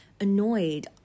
annoyed